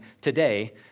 today